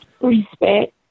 Respect